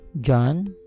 John